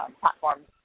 platforms